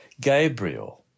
Gabriel